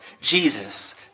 Jesus